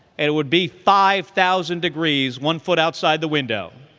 and it would be five thousand degrees one foot outside the window,